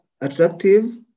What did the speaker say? attractive